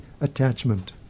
attachment